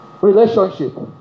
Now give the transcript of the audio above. relationship